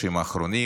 החודשים האחרונים.